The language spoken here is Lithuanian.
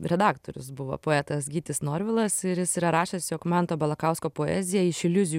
redaktorius buvo poetas gytis norvilas ir jis yra rašęs jog manto balakausko poezija iš iliuzijų